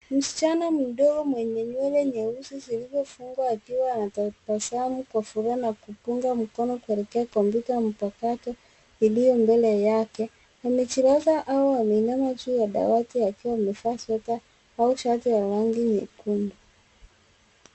Msichana mdogo mwenye nywele nyeusi zilizo fungwa akiwa na tabasamu kwa furaha na kupunga mkono kuelekea kompyuta mpakato iliyo mbele yake. Amejilaza au ameinama juu ya dawati akiwa amevaa sweta au shati la rangi nyekundu.